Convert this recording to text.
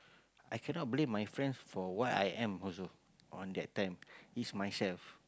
I cannot blame my friends for what I am also on that time is myself